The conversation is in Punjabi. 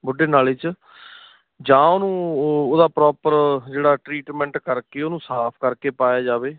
ਬੁੱਢੇ ਨਾਲੇ 'ਚ ਜਾਂ ਉਹਨੂੰ ਉਹਦਾ ਪ੍ਰੋਪਰ ਜਿਹੜਾ ਟਰੀਟਮੈਂਟ ਕਰਕੇ ਉਹਨੂੰ ਸਾਫ਼ ਕਰਕੇ ਪਾਇਆ ਜਾਵੇ